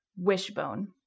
Wishbone